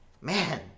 man